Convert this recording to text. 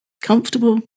comfortable